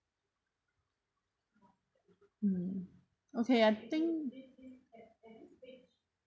mm okay I think